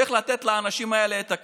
צריך לתת לאנשים האלה את הכלים.